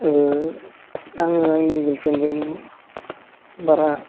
आङो आंनि गार्लफ्रेन्डजों बारा